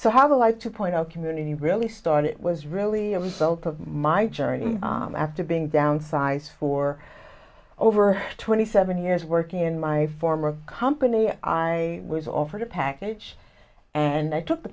so how to like to point out community really start it was really a result of my journey after being downsized for over twenty seven years working in my former company i was offered a package and i took the